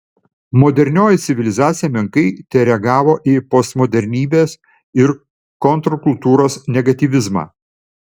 modernioji civilizacija menkai tereagavo į postmodernybės ir kontrkultūros negatyvizmą